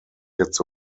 gets